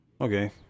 okay